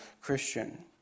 Christian